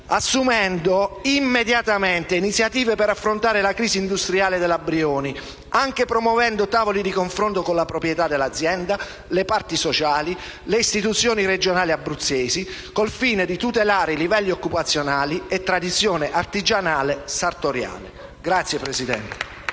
assumendo immediatamente iniziative per affrontare la crisi industriale della Brioni, anche promuovendo tavoli di confronto con la proprietà dell'azienda, le parti sociali e le istituzioni regionali abruzzesi, con il fine di tutelare i livelli occupazionali e la tradizione artigianale sartoriale. *(Applausi